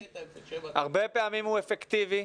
הרבה פעמים הוא אפקטיבי,